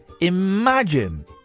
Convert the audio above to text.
Imagine